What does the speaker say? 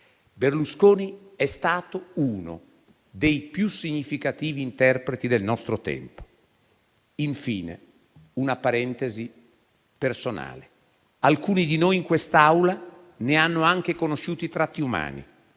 Berlusconi è stato uno dei più significativi interpreti del nostro tempo. Infine, apro una parentesi personale. Alcuni di noi in quest'Aula ne hanno anche conosciuto i tratti umani,